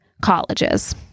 colleges